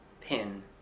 pin